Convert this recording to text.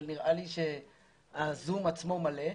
אבל נראה לי שהזום עצמו מלא.